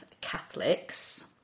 Catholics